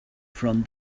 from